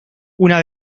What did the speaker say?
una